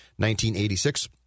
1986